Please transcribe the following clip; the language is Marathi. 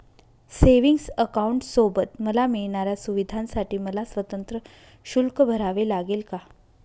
सेविंग्स अकाउंटसोबत मला मिळणाऱ्या सुविधांसाठी मला स्वतंत्र शुल्क भरावे लागेल का?